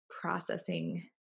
processing